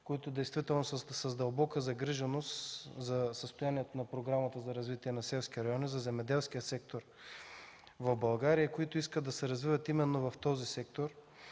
които действително са с дълбока загриженост за състоянието на Програмата за развитие на селските райони, за земеделския сектор в България, които искат да се развиват именно в този сектор.